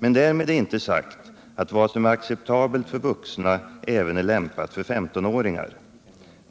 Men därmed är inte sagt att vad som är acceptabelt för vuxna även är lämpat för femtonåringar.